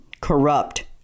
corrupt